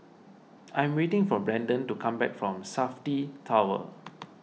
I am waiting for Branden to come back from Safti Tower